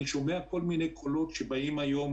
אני שומע כל מיני קולות שאומרים